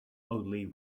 only